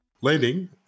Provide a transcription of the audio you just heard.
Landing